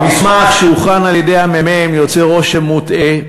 המסמך שהוכן על-ידי הממ"מ יוצר רושם מוטעה.